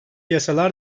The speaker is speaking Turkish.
yasalar